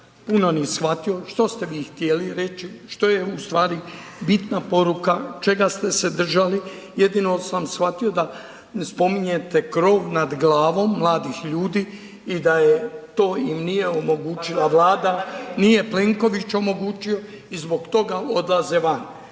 puno ni shvatio što ste vi htjeli reći, što je u stvari bitna poruka, čega ste se držali, jedino sam shvatio da spominjete krov nad glavom mladih ljudi i da je to im nije omogućila Vlada, nije Plenković omogućio i zbog toga odlaze van,